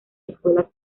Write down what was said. escuelas